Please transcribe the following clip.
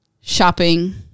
shopping